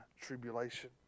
tribulation